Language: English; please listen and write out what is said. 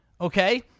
okay